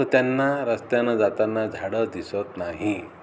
तर त्यांना रस्त्यानं जाताना झाडं दिसत नाही